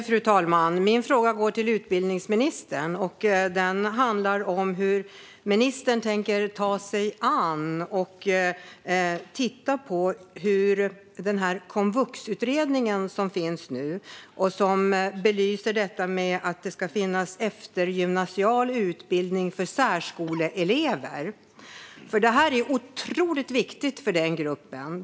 Fru talman! Min fråga går till utbildningsministern. Den handlar om hur ministern tänker ta sig an och titta på den komvuxutredning som nu finns och som belyser att det ska finnas eftergymnasial utbildning för särskoleelever. Detta är otroligt viktigt för den här gruppen.